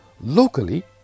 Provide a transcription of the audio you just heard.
locally